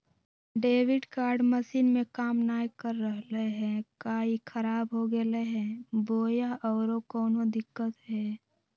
Debit card machine में काम नाय कर रहले है, का ई खराब हो गेलै है बोया औरों कोनो दिक्कत है?